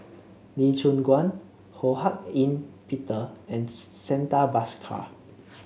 Lee Choon Guan Ho Hak Ean Peter and Santha Bhaskar